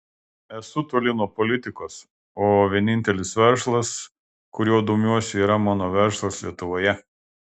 esu toli nuo politikos o vienintelis verslas kuriuo domiuosi yra mano verslas lietuvoje